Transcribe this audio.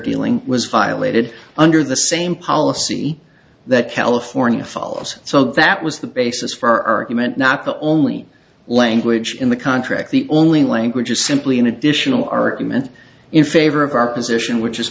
dealing was violated under the same policy that california follows so that was the basis for our argument not the only language in the contract the only language is simply an additional argument in favor of our position which is